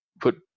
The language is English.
put